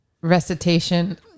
recitation